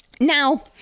now